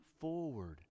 forward